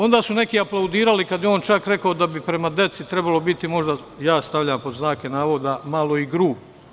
Onda su neki aplaudirali kad je on čak rekao da bi prema deci trebalo biti možda, ja stavljam pod znake navoda, malo i grublji.